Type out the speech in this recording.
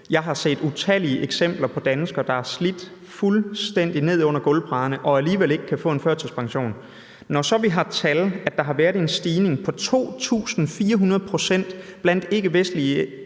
Jeg har set utallige eksempler på danskere, der er presset fuldstændig ned under gulvbrædderne og alligevel ikke kan få tilkendt en førtidspension. Når vi så har tal på, at der været en stigning på 2.400 pct. blandt ikkevestlige